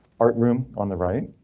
art room on the right,